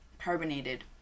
carbonated